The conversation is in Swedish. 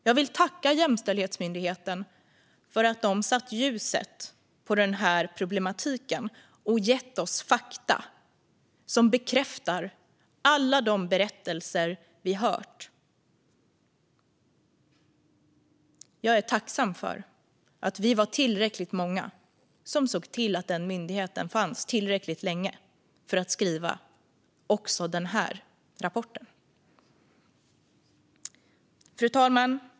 Jag vill tacka Jämställdhetsmyndigheten för att de har satt ljuset på den här problematiken och gett oss fakta som bekräftar alla de berättelser vi har hört. Jag är tacksam för att vi var tillräckligt många som såg till att denna myndighet fanns tillräckligt länge för att kunna skriva också den här rapporten. Fru talman!